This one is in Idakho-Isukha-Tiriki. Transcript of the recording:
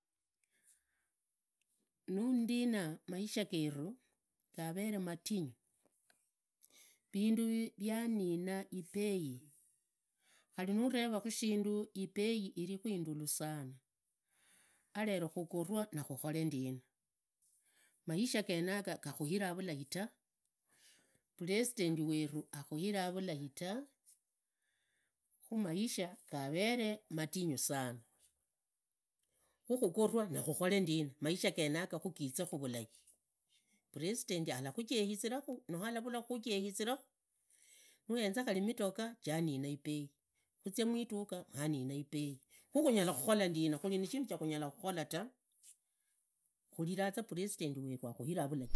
Nundina maisha geru gavere mahnyu, vindu vyanina ibei khari nuverakhu shindu ibei, ibei irekhu indulu sana, gavero khugorwa khukhore ndina, maisha genaga gakhuira vulai tu, puresidenti weru akhuira vulai tu, khumaisha gavere mahnyu sana, khukhugorwa khumakhukhore ndina khu maisha genago gize vulai, puresidenti alakhujeizakha noo alavulakhukhujeizakhu. Nuhenza midoga nurerehao unyoluza, zinguvu zia yaho zirio. matuma gogo yaho galio. Vulai vwa shipusi ni lwenolo lwa khuyanziranga shipusi shiri na vukhoyi vugari vugari kabisa, khari inzokha shinyala khuinjira munzu tu shipusi nishirio, shinyala khuinjira tu khari khundulu yukhu ndina, shipusi nishiri hango, inzokha injendao ta namayungu vulai vwa shipusi ni vwenoro.